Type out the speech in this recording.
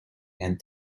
and